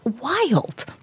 wild